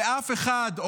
ואף אחד,